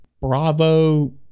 Bravo